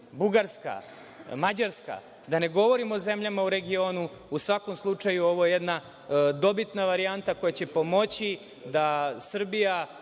Bugarska, Mađarska, da ne govorim o zemljama u regionu, u svakom slučaju ovo je jedna dobitna varijanta koja će pomoći da Srbija